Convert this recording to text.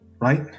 right